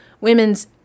women's